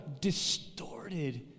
distorted